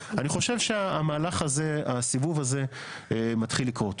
אני חושב שהמהלך הזה, הסיבוב הזה מתחיל לקרות.